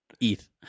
ETH